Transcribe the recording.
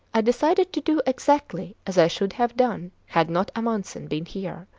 i decided to do exactly as i should have done had not amundsen been here.